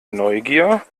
neugier